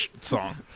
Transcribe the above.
song